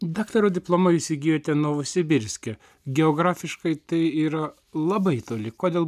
daktaro diplomą jūs įgijote novosibirske geografiškai tai yra labai toli kodėl